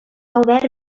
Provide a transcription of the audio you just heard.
obert